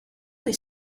des